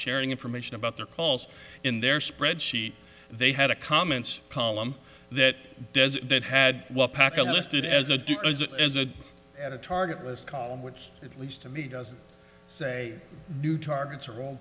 sharing information about their calls in their spreadsheet they had a comments column that does it had one packet listed as a as a at a target list column which at least to me doesn't say new targets are wrong